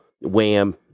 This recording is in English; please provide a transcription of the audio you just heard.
Wham